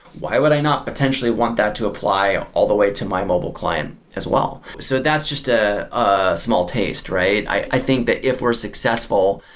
why would i not potentially want that to apply all the way to my mobile client as well? so, that's just a ah small taste, right? i think that if we're successful,